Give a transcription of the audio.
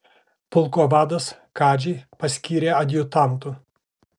pulko vadas kadžį paskyrė adjutantu